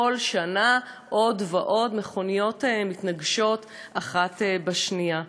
כל שנה עוד ועוד מכוניות מתנגשות אחת בשנייה.